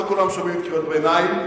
לא כולם שומעים קריאות ביניים,